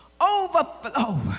Overflow